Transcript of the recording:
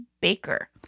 Baker